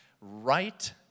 right